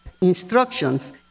instructions